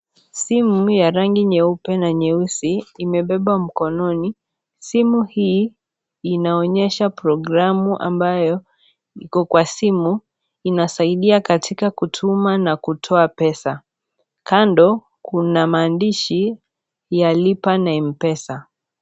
Simu ya rangi nyeupe na nyeusi imebebwa mikononi. Simu hii inaonyesha programu ambayo iko kwa simu. Inasaidia katika kutuma na kutoa pesa. Kando kuna maandishi ya lipa na mpesa.